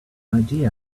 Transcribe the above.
idea